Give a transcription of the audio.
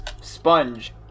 sponge